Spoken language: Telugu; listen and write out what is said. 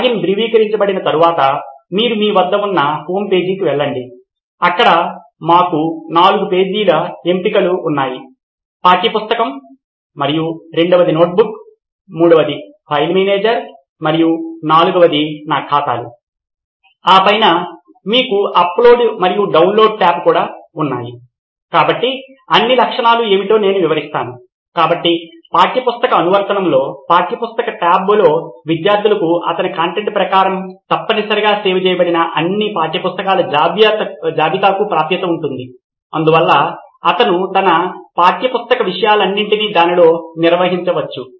లాగిన్ ధృవీకరించబడిన తర్వాత మీరు మీ వద్ద ఉన్న హోమ్పేజీకి వెళ్లండి ఇక్కడ మాకు నాలుగు ఎంపికలు ఉన్నాయి పాఠ్య పుస్తకం మరియు రెండవది నోట్బుక్ మూడవది ఫైల్ మేనేజర్ మరియు నాల్గవది నా ఖాతాలు ఆ పైన మీకు అప్లోడ్ మరియు డౌన్లోడ్ ట్యాబ్ కూడా ఉన్నాయి కాబట్టి అన్ని లక్షణాలు ఏమిటో నేను వివరిస్తాను కాబట్టి పాఠ్యపుస్తక అనువర్తనంలో పాఠ్యపుస్తక ట్యాబ్లో విద్యార్థులకు అతని కంటెంట్ ప్రకారం తప్పనిసరిగా సేవ్ చేయబడిన అన్ని పాఠ్యపుస్తకాల జాబితాకు ప్రాప్యత ఉంటుంది అందువల్ల అతను తన పాఠ్యపుస్తక విషయాలన్నింటినీ దానిలో నిర్వహించవచ్చు